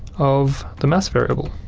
of the mass variable.